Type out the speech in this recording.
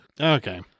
Okay